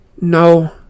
No